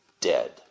dead